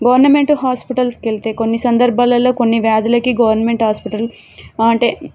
government హాస్పిటల్స్కెళ్తే కొన్ని సందర్భాలలో కొన్ని వ్యాధులకి గవర్నమెంట్ హాస్పిటల్ అంటే